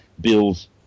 Bill's